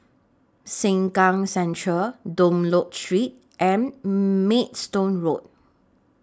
Sengkang Central Dunlop Street and Maidstone Road